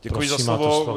Děkuji za slovo.